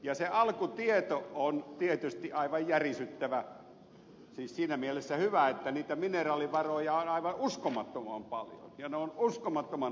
ja se alkutieto on tietysti aivan järisyttävä siis siinä mielessä hyvä että niitä mineraalivaroja on aivan uskomattoman paljon ja ne ovat uskomattoman arvokkaat